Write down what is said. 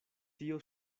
tio